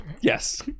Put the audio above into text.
Yes